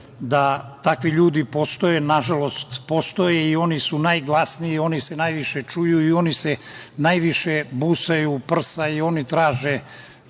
da takvi ljudi postoje, na žalost postoje i oni su najglasniji i oni se najviše čuju i oni se najviše busaju u prsa i oni traže